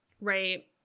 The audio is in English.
Right